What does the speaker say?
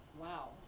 wow